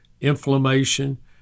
inflammation